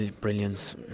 brilliance